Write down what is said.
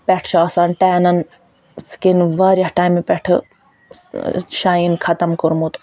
پٮ۪ٹھٕ چھِ آسان ٹیٚنَن سِکن واریاہ ٹایمہٕ پٮ۪ٹھٕ شاین ختم کوٚرمُت